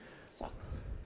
sucks